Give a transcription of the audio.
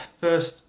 first